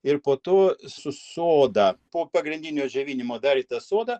ir po to su soda po pagrindinio džiovinimo dar į tą sodą